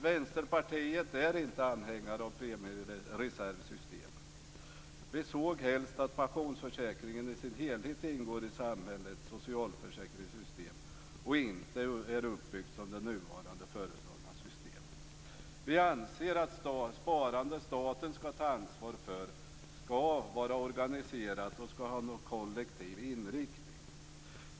Vänsterpartiet är inte anhängare av premiereservsystemet. Vi såg helst att pensionsförsäkringen i sin helhet ingick i samhällets socialförsäkringssystem och inte är uppbyggt som det nu föreslagna systemet. Vi anser att det sparande staten skall ta ansvar för och organisera skall ha en kollektiv inriktning.